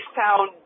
sound